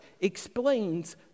explains